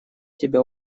тебя